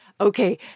Okay